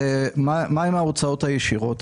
מהן ההוצאות הישירות?